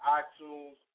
iTunes